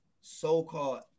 so-called